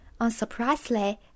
Unsurprisingly